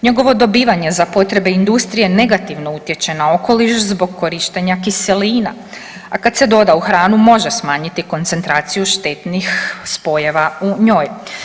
Njegovo dobivanje za potrebe industrije negativno utječe na okoliš zbog korištenja kiselina, a kad se doda u hranu može smanjiti koncentraciju štetnih spojeva u njoj.